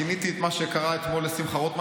גיניתי את מה שקרה אתמול לשמחה רוטמן